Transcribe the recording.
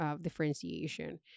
differentiation